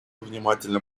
внимательно